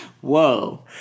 whoa